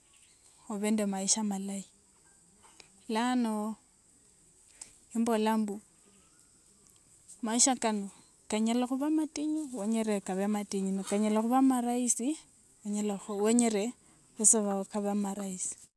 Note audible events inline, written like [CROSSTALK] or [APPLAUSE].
Obe nde maisha malayi. Lano imbola mbu maisha kano kanyala khuba matinyu wenyere kabe matinyu, [NOISE] ne kanyala khuba maraisi enyalakhu wenyere kabe [UNINTELLIGIBLE] amaraisi.